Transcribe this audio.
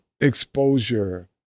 exposure